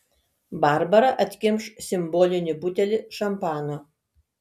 barbara atkimš simbolinį butelį šampano